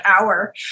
hour